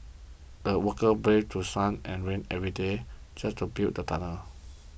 the workers braved through sun and rain every day just to build the tunnel